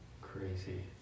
Crazy